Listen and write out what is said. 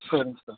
சரிங்க சார்